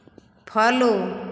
follow